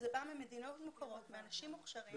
זה בא ממדינות מוכרות שם אנשים מוכשרים.